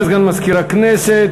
תודה לסגן מזכירת הכנסת.